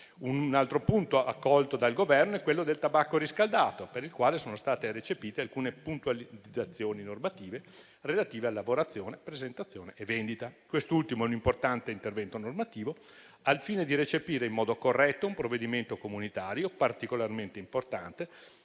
Un altro punto accolto dal Governo è quello del tabacco riscaldato, per il quale sono state recepite alcune puntualizzazioni normative, relative a lavorazione, presentazione e vendita. Quest'ultimo è un importante intervento normativo, al fine di recepire in modo corretto un provvedimento comunitario particolarmente importante